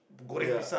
ya